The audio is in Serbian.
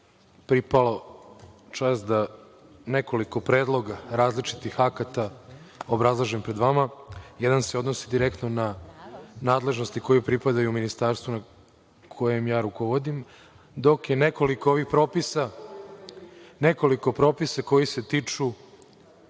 pripala čast da nekoliko predloga različitih akata obrazložim pred vama. Jedan se odnosi direktno na nadležnosti koje pripadaju ministarstvu kojem ja rukovodim, dok je nekoliko propisa koji se tiču